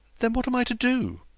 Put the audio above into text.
then what am i to do?